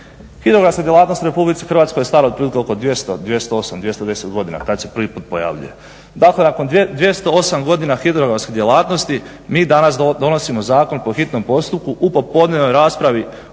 Hidrografska djelatnost u Republici Hrvatskoj je stara otprilike oko 200, 208, 210 godina kad se prvi put pojavljuje. Dakle, nakon 208 godina hidrografske djelatnosti mi danas donosimo zakon po hitnom postupku u popodnevnoj raspravi